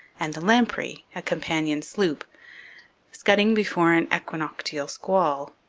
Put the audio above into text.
and the lamprey, a companion sloop scudding before an equinoctial squall.